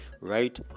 Right